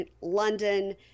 London